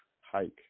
hike